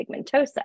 pigmentosa